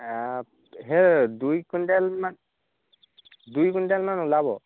সেই দুই কুইণ্টেলমান দুই কুইণ্টেলমান ওলাব